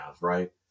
right